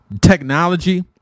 Technology